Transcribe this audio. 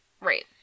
Right